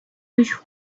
huge